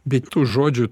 bet tų žodžių